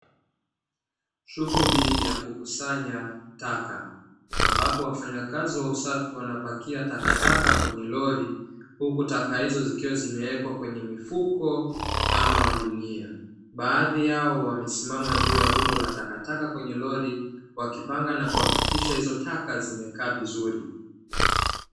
Shughuli ya kukusanya taka, ambapo wafanyakazi wa usafi wanapakia takataka kwenye lori huku taka hizo zikiwa zimewekwa kwenye mifukoama magunia. Baadhi yao wamesimama juu ya rundo la takataka kwenye lori, wakipanga na kuhakikisha hizo taka zimekaa vizuri.